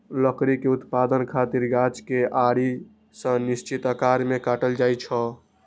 लकड़ी के उत्पादन खातिर गाछ कें आरी सं निश्चित आकार मे काटल जाइ छै